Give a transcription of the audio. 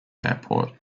airport